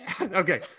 okay